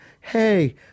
Hey